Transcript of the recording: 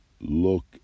look